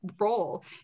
role